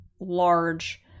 large